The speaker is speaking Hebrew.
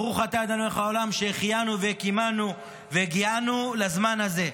ברוך אתה ה' אלוהינו מלך העולם שהחיינו וקיימנו והגיענו לזמן הזה.